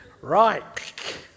Right